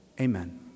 Amen